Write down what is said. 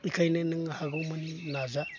बेखायनो नों हागौमानि नाजा